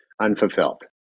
unfulfilled